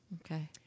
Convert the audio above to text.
Okay